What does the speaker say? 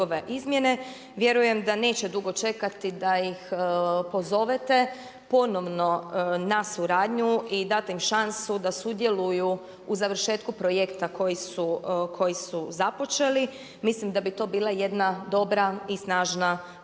Vjerujem da neće dugo čekati da ih pozovete ponovno na suradnju i date im šansu da sudjeluju u završetku projekta koji su započeli. Mislim da bi to bila jedna dobra i snažna poruka